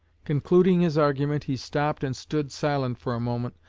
concluding his argument, he stopped and stood silent for a moment,